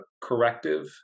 corrective